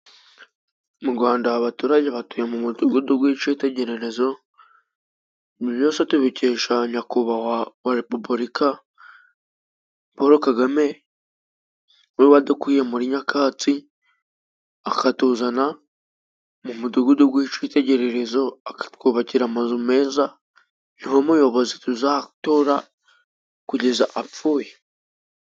Mu Rwanda haba abaturage batuye mu mudugudu w'icyitegererezo, ibyo byose tubikesha Nyakubahwa wa Repubulika Paul Kagame we wadukuye muri nyakatsi , akatuzana mu mudugudu w'icyitegererezo akatwubakira amazu meza, niwe muyobozi tuzatora kugeza apfuye.